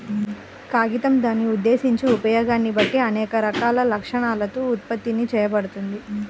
కాగితం దాని ఉద్దేశించిన ఉపయోగాన్ని బట్టి అనేక రకాల లక్షణాలతో ఉత్పత్తి చేయబడుతుంది